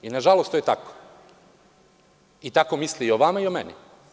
Nažalost, to je tako i tako misle i o vama i o meni.